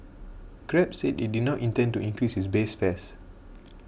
Grab said it did not intend to increase its base fares